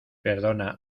perdona